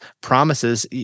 promises